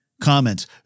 Comments